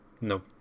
No